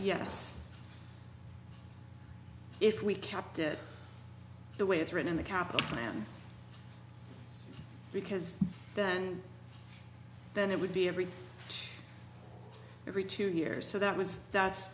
yes if we kept it the way it's written the capital plan because then then it would be every every two years so that was that's